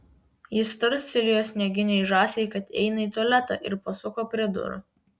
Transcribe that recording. jis tarstelėjo snieginei žąsiai kad eina į tualetą ir pasuko prie durų